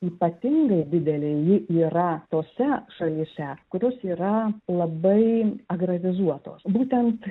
ypatingai didelė ji yra tose šalyse kurios yra labai agravizuotos būtent